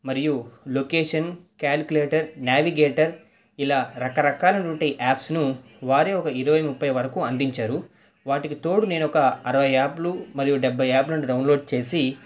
మరియు location calculator navigator ఇలా రకరకాల ఉండే యాప్స్ను వారే ఒక ఇరవై ముప్పై వరుకు అందించారు వాటికి తోడు నేను ఒక అరవై యాప్స్లు మరియు డెబ్బై యాప్లను డౌన్లోడ్ చేసి వాడుతున్నాను